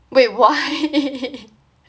wait why